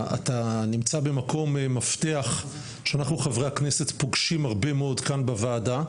אתה נמצא במקום מפתח שאנחנו חברי הכנסת פוגשים הרבה מאד כאן בוועדה.